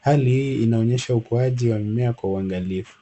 Hali hii inaonyesha ukuaji wa mimea kwa uangalifu.